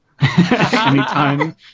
anytime